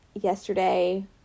yesterday